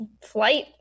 flight